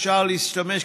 אפשר להשתמש,